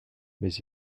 mais